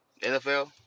NFL